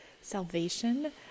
salvation